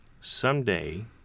someday